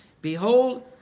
Behold